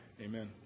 amen